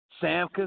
Sam